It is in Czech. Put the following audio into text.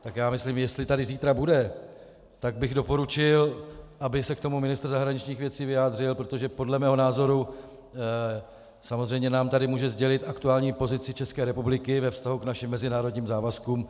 Tak já myslím, jestli tady zítra bude, tak bych doporučil, aby se k tomu ministr zahraničních věcí vyjádřil, protože podle mého názoru samozřejmě nám tady může sdělit aktuální pozici České republiky ve vztahu k našim mezinárodním závazkům.